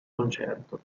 concerto